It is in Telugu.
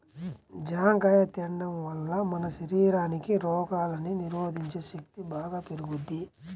జాంకాయ తిండం వల్ల మన శరీరానికి రోగాల్ని నిరోధించే శక్తి బాగా పెరుగుద్ది